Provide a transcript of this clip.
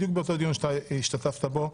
בדיוק באותו דיון שאתה השתתפת בו.